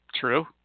True